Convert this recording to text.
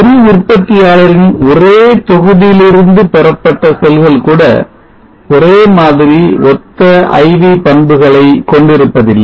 ஒரு உற்பத்தியாளரின் ஒரே தொகுதியிலிருந்து பெறப்பட்ட செல்கள் கூட ஒரே மாதிரி ஒத்த IV பண்புகளை கொண்டிருப்பதில்லை